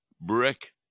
brick